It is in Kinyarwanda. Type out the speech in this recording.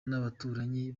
n’abaturanyi